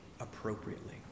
appropriately